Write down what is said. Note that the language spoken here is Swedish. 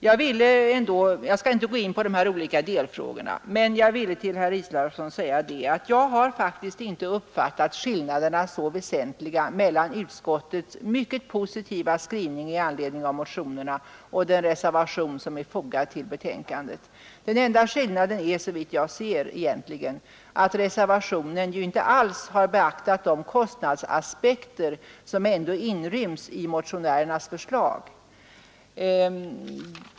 Jag skall inte gå in på de olika delfrågorna, men jag vill till herr Israelsson säga att jag faktiskt inte uppfattat skillnaderna mellan utskottets mycket positiva skrivning med anledning av motionerna och den reservation som är fogad till betänkandet som så väsentliga. Den enda skillnaden är såvitt jag kan se att reservationen inte alls har beaktat kostnadsaspekterna i motionärernas förslag.